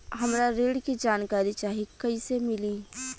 हमरा ऋण के जानकारी चाही कइसे मिली?